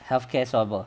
healthcare swabber